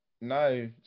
no